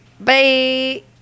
Bye